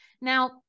Now